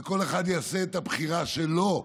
וכל אחד יעשה את הבחירה שלו.